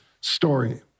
story